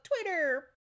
twitter